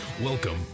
Welcome